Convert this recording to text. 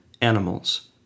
animals